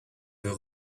veut